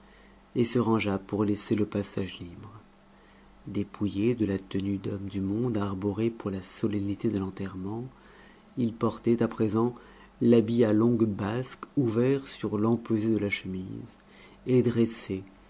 et se rangea pour laisser le passage libre dépouillé de la tenue d'homme du monde arborée pour la solennité de l'enterrement il portait à présent l'habit à longues basques ouvert sur l'empesé de la chemise et dressait